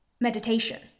meditation